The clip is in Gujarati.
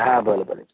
હા ભલે ભલે